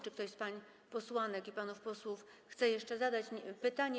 Czy ktoś z pań posłanek i panów posłów chce jeszcze zadać pytanie?